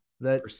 that-